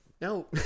No